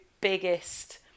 biggest